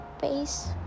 face